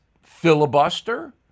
filibuster